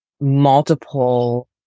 multiple